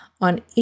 on